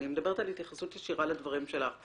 אני מדברת על התייחסות ישירה לדברים שלך.